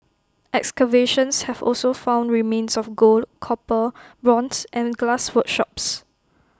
excavations have also found remains of gold copper bronze and glass workshops